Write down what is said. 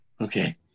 okay